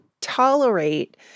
tolerate